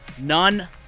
none